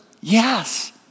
Yes